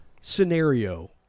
scenario